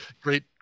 great